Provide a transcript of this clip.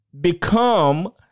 become